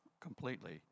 completely